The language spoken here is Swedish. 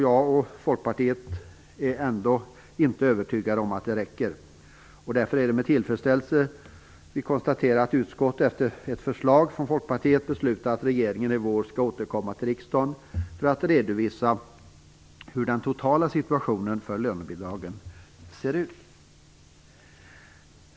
Jag och Folkpartiet är ändock inte övertygade om att det räcker. Det är därför med tillfredsställelse som vi konstaterar att utskottet efter förslag från Folkpartiet beslutat att regeringen i vår skall återkomma till riksdagen för att redovisa hur den totala situationen för lönebidragen ser ut.